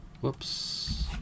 whoops